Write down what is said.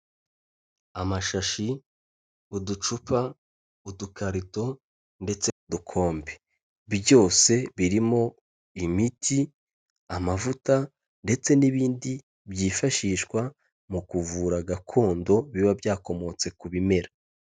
Amashashi, uducupa, udukarito ndetse n'udukombe byose birimo imiti, amavuta ndetse n'ibindi byifashishwa mu kuvura gakondo biba byakomotse ku bimera.